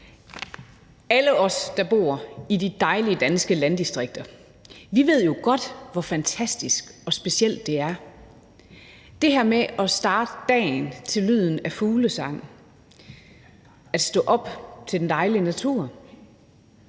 Alle os, der bor i de dejlige danske landdistrikter, ved jo godt, hvor fantastisk og specielt det er; altså det her med at starte dagen til lyden af fuglesang, at stå op til den dejlige natur;